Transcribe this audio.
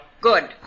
Good